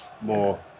more